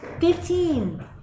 Fifteen